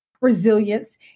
resilience